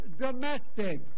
domestic